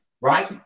right